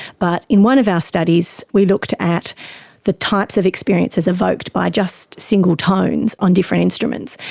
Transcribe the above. but in one of our studies we looked at the types of experiences evoked by just single tones on different instruments.